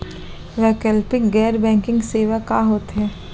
वैकल्पिक गैर बैंकिंग सेवा का होथे?